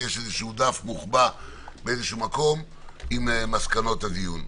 יש דף מוחבא באיזשהו מקום עם מסקנות הדיון.